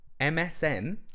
MSN